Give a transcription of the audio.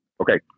Okay